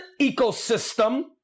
ecosystem